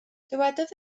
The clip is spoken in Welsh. dywedodd